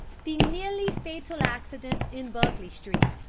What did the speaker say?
the nearly-a-fatal accident in berkeley street,